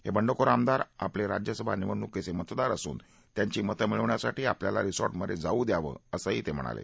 हे बंडखोर आमदार आपले राज्यसभा निवडणूकीचं मतदार असून त्याची मत मिळवण्यासाठी आपल्याला रिसो भिधे जाऊ द्याव असं ते म्हणाले